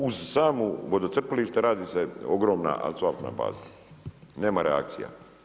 Uz samo vodocrpilište radi se ogromna asfaltna baza, nema reakcija.